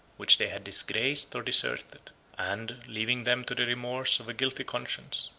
which they had disgraced or deserted and leaving them to the remorse of a guilty conscience,